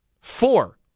Four